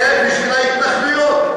זה בשביל ההתנחלויות.